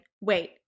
wait